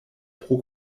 pro